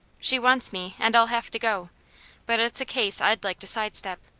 she wants me, and i'll have to go but it's a case i'd like to side-step.